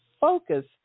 focus